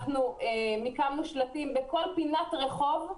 אנחנו מיקמנו שלטים בכל פינת רחוב.